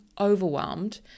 overwhelmed